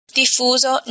diffuso